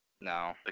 no